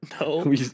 No